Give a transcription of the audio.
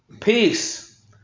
Peace